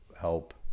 help